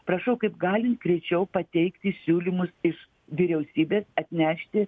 prašau kaip galint greičiau pateikti siūlymus iš vyriausybės atnešti